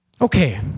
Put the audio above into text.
Okay